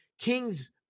Kings